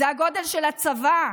זה הגודל של הצבא,